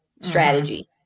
strategy